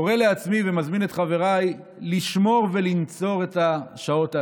קורא לעצמי ומזמין את חבריי לשמור ולנצור את השעות הללו,